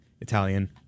Italian